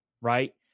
right